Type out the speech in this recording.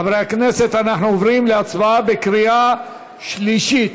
חברי הכנסת, אנחנו עוברים להצבעה בקריאה שלישית.